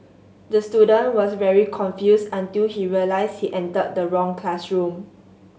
the student was very confused until he realised he entered the wrong classroom